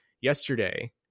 yesterday